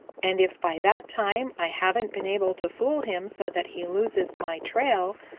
and if by that time i haven't been able to fool him so that he loses my trail,